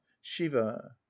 shiva